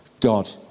God